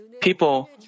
people